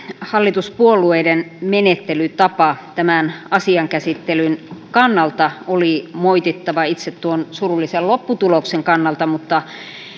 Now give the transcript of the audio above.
hallituspuolueiden menettelytapa tämän asian käsittelyn kannalta oli moitittava itse tuon surullisen lopputuloksen kannalta mutta